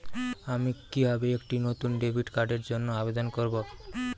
আমি কিভাবে একটি নতুন ডেবিট কার্ডের জন্য আবেদন করব?